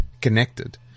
connected